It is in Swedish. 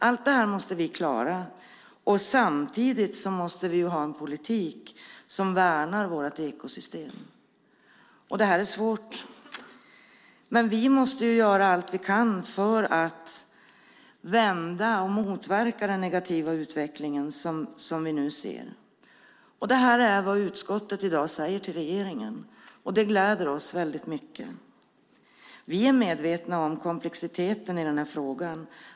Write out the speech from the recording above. Allt det här måste vi klara, och samtidigt måste vi ha en politik som värnar vårt ekosystem. Det är svårt, men vi måste göra allt vi kan för att vända och motverka den negativa utveckling som vi nu ser. Det är vad utskottet i dag säger till regeringen, och det gläder oss väldigt mycket. Vi är medvetna om komplexiteten i den här frågan.